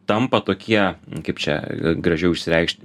tampa tokie kaip čia gražiau išsireikšt